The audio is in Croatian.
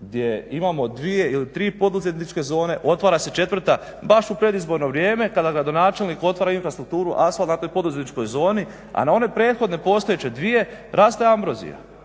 gdje imamo dvije ili tri poduzetničke zone, otvara se četvrta baš u predizborno vrijeme kada gradonačelnik otvara infrastrukturu, asfalt na toj poduzetničkoj zoni, a na one prethodne postojeće dvije raste ambrozija